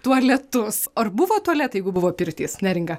tualetus ar buvo tualetai jeigu buvo pirtys neringa